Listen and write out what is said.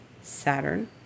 Saturn